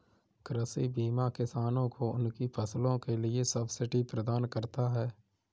कृषि बीमा किसानों को उनकी फसलों के लिए सब्सिडी प्रदान करता है